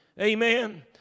Amen